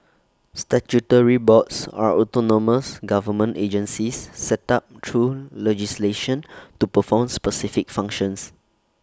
statutory boards are autonomous government agencies set up through legislation to perform specific functions